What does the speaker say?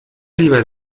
lieber